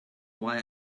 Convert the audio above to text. why